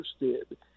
interested